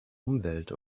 umwelt